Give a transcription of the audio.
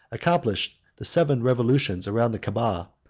accomplished the seven revolutions round the caaba,